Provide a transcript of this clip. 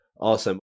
Awesome